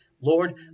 Lord